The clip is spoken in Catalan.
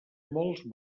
molts